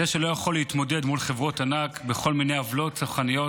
זה שלא יכול להתמודד מול חברות ענק בכל מיני עוולות צרכניות